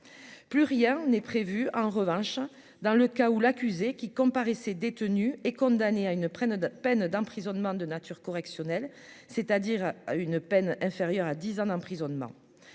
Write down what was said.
plus rien n'est prévu en revanche dans le cas où l'accusé qui comparaissait détenu et condamné à une prennent de peines d'emprisonnement de nature correctionnelle, c'est-à-dire à une peine inférieure à 10 ans d'emprisonnement